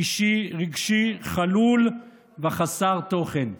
אישי, רגשי, חלול וחסר תוכן.